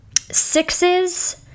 Sixes